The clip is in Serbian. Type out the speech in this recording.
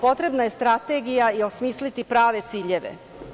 Potrebna je strategija i osmisliti prave ciljeve.